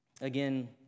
again